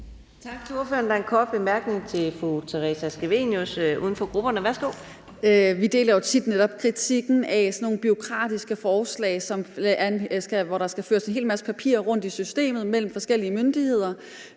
Tak til ordføreren. Der en kort bemærkning til fru Theresa Scavenius, uden for grupperne. Værsgo. Kl. 15:15 Theresa Scavenius (UFG): Vi deler jo tit netop kritikken af sådan nogle bureaukratiske forslag, hvor der skal føres en hel masse papirer rundt i systemet mellem forskellige myndigheder,